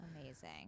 Amazing